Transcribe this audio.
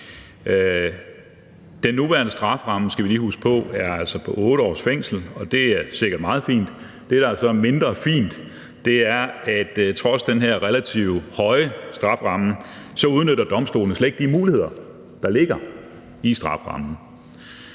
lige huske på, er altså på 8 års fængsel, og det er sikkert meget fint. Det, der så er mindre fint, er, at trods den her relativt høje strafferamme, udnytter domstolene slet ikke de muligheder, der ligger i strafferammen.